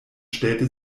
stellte